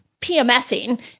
PMSing